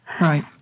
Right